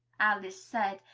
alice said,